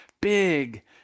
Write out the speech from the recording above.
big